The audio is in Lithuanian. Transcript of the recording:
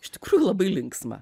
iš tikrųjų labai linksma